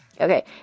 Okay